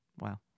Wow